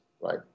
right